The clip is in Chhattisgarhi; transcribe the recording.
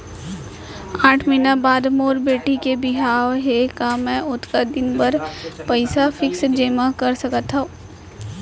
आठ महीना बाद मोर बेटी के बिहाव हे का मैं ओतका दिन भर पइसा फिक्स जेमा कर सकथव?